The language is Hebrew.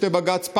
שופטי בג"ץ,